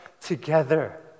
together